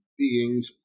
Beings